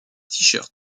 shirt